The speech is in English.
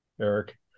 Eric